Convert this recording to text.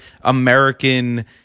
American